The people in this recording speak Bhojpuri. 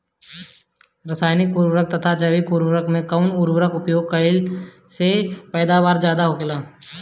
रसायनिक उर्वरक तथा जैविक उर्वरक में कउन उर्वरक के उपयोग कइला से पैदावार ज्यादा होखेला?